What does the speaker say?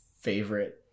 favorite